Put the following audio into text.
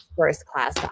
first-class